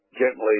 gently